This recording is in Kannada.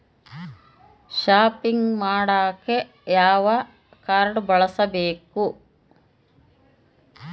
ಷಾಪಿಂಗ್ ಮಾಡಾಕ ಯಾವ ಕಾಡ್೯ ಬಳಸಬೇಕು?